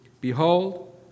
Behold